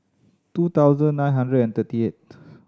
two thousand nine hundred and thirty eighth